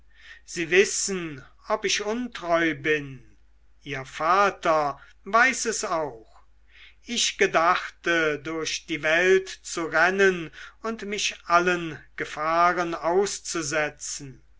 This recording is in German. sie wissen ob ich untreu bin ihr vater weiß es auch ich gedachte durch die welt zu rennen und mich allen gefahren auszusetzen